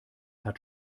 hat